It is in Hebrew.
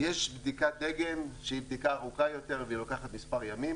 יש בדיקת עגן שהיא בדיקה ארוכה יותר ולוקחת מספר ימים,